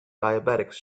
diabetics